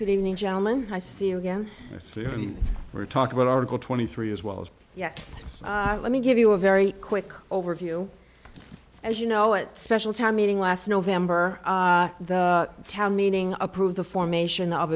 good evening gentleman i see you again see i mean we're talking about article twenty three as well as yes let me give you a very quick overview as you know it special time meeting last november the town meeting approved the formation of